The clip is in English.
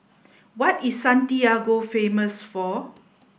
what is Santiago famous for